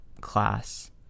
class